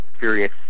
Furious